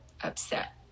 upset